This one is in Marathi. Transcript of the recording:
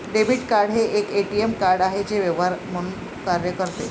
डेबिट कार्ड हे एक ए.टी.एम कार्ड आहे जे व्यवहार म्हणून कार्य करते